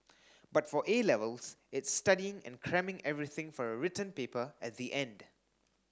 but for A Levels it's studying and cramming everything for a written paper at the end